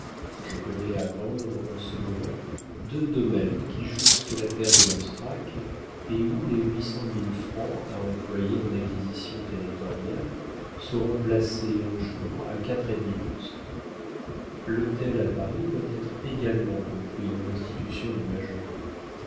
je connais à vendre en ce moment deux domaines qui jouxtent la terre de lanstrac et où les huit cent mille francs à employer en acquisitions territoriales seront placés un jour à quatre et demi pour cent l'hôtel à paris doit être également compris dans l'institution du majorat